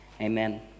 Amen